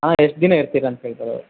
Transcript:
ಅಲ್ಲಾ ಎಷ್ಟು ದಿನ ಇರ್ತಿರ ಅಂತ ಕೇಳ್ತಾ ಇರದು